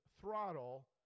throttle